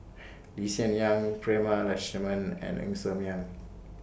Lee Hsien Yang Prema Letchumanan and Ng Ser Miang